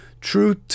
Truth